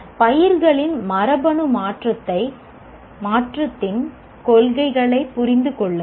பயிர்களின் மரபணு மாற்றத்தின் கொள்கைகளைப் புரிந்து கொள்ளுங்கள்